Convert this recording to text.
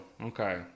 okay